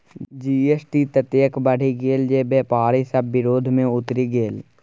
GST ततेक बढ़ि गेल जे बेपारी सभ विरोध मे उतरि गेल